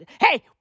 Hey